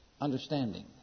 understanding